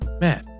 Man